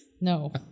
No